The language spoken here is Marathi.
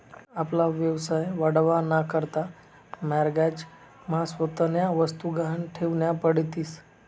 आपला व्यवसाय वाढावा ना करता माॅरगेज मा स्वतःन्या वस्तु गहाण ठेवन्या पडतीस